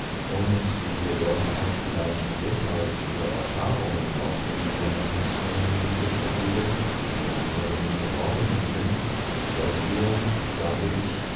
und die wir doch auch vielleicht deshalb über erfahrungen auf diesem geheimnisvollen gebiete verfügen die anderen verborgen blieben daß wir sage ich